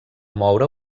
moure